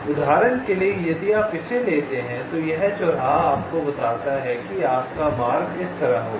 उदाहरण के लिए यदि आप इसे लेते हैं तो यह चौराहा आपको बताता है तो आपका मार्ग इस तरह का होगा